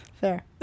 Fair